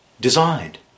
designed